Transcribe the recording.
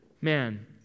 Man